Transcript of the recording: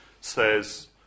says